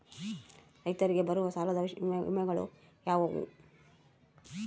ರೈತರಿಗೆ ಬರುವ ಸಾಲದ ವಿಮೆಗಳು ಯಾವುವು?